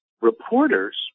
reporters